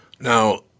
Now